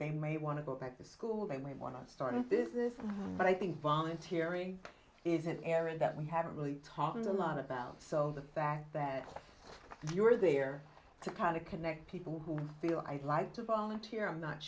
they may want to go back to school they may want to start a business but i think volunteering is an area that we haven't really talked a lot about so the fact that you are there to kind of connect people who feel i'd like to volunteer i'm not